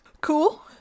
Cool